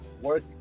work